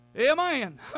Amen